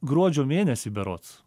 gruodžio mėnesį berods